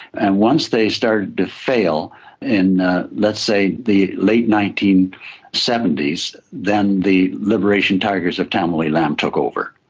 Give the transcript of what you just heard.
and once they started to fail in, let's say, the late nineteen seventy s, then the liberation tigers of tamil eelam took over,